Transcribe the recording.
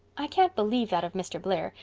i can't believe that of mr. blair,